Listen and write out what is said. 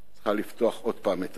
צריכה לפתוח עוד פעם את היריעה,